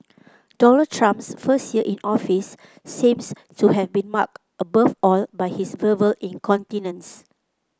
Donald Trump's first year in office seems to have been marked above all by his verbal incontinence